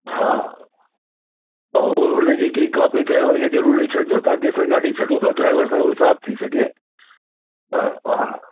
हा ऐं हुनजी हिकिड़ी कापी ड्राईवर खे जरूर ॾई छॾिजो ताकि असां गाॾी छॾूं त ड्राईवर सां हिसाब थी सघे ह हा